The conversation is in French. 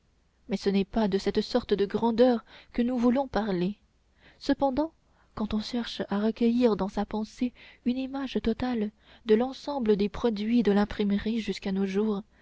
mais ce n'est pas de cette sorte de grandeur que nous voulons parler cependant quand on cherche à recueillir dans sa pensée une image totale de l'ensemble des produits de l'imprimerie jusqu'à nos jours